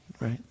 Right